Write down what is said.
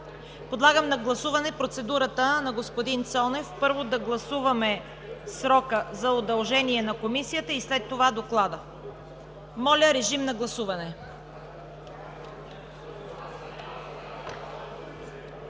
Подлагам на гласуване процедурата на господин Цонев, първо да гласуваме срока за удължение на Комисията и след това Доклада. (Шум и реплики.)